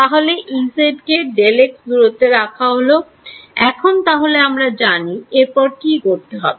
তাহলে Ez কে Δx দূরত্বে রাখা হলো এখন তাহলে আমরা জানি এরপর কি করতে হবে